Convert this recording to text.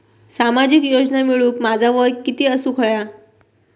सामाजिक योजना मिळवूक माझा वय किती असूक व्हया?